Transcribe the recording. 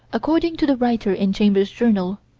according to the writer in chambers' journal,